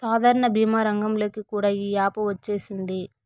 సాధారణ భీమా రంగంలోకి కూడా ఈ యాపు వచ్చేసింది